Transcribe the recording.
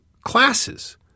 classes